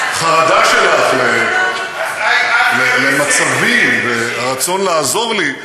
את החרדה שלך למצבי ואת הרצון לעזור לי.